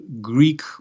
Greek